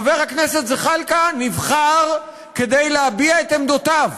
חבר הכנסת זחאלקה נבחר כדי להביע את עמדותיו.